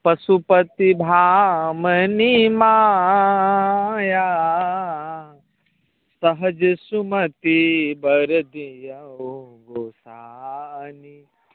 पशुपति भामिनी माया सहज सुमति वर दियउ गोसाउनि